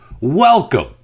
Welcome